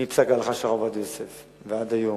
מפסק ההלכה של הרב עובדיה יוסף ועד היום,